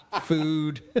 food